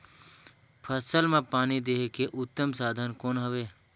फसल मां पानी देहे के उत्तम साधन कौन हवे?